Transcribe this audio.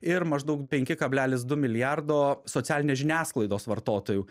ir maždaug penki kablelis du milijardo socialinės žiniasklaidos vartotojų